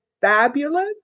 fabulous